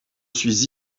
suis